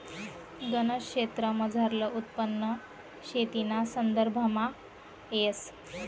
गनज क्षेत्रमझारलं उत्पन्न शेतीना संदर्भामा येस